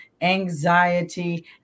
anxiety